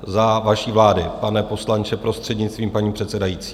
Za vaší vlády, pane poslanče, prostřednictvím paní předsedající.